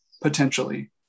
potentially